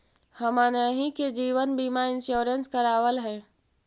हमनहि के जिवन बिमा इंश्योरेंस करावल है?